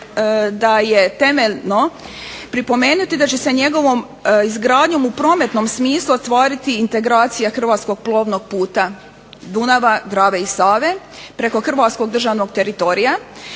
da je temeljno pripomenuti da će se njegovom izgradnjom u prometnom smislu ostvariti integracija hrvatskog plovnog puta Dunava, Drave i Save preko državnog hrvatskog teritorija,